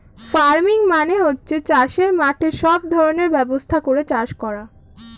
farming মানে হচ্ছে চাষের মাঠে সব ধরনের ব্যবস্থা করে চাষ করা